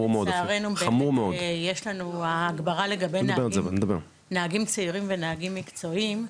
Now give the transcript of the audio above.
יש לנו הגברה לגבי נהגים צעירים ונהגים מקצועיים,